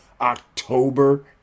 October